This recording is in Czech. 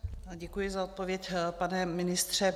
Děkuji za odpověď, pane ministře.